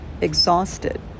exhausted